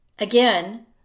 Again